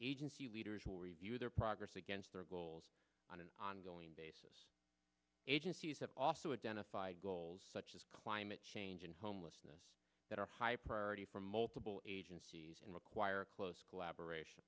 agency leaders will review their progress against their goals on and on the basis agencies have also identified goals such as climate change and homelessness that are high priority for multiple agencies and require close collaboration